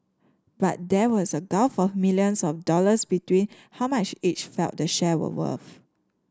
but there was a gulf of millions of dollars between how much each felt the share were worth